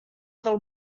del